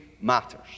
matters